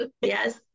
yes